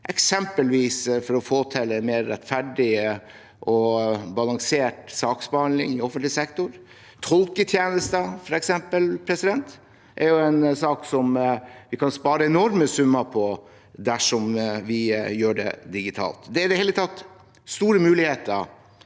eksempelvis for å få til en mer rettferdig og balansert saksbehandling i offentlig sektor. Tolketjenester, f.eks., er en sak vi kan spare enorme summer på dersom vi gjør det digitalt. Det er i det hele tatt store muligheter